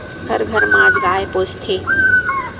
हर घर म आज गाय पोसथे